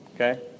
Okay